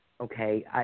okay